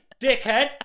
dickhead